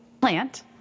plant